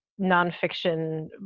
nonfiction